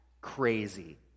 crazy